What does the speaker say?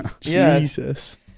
Jesus